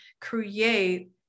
create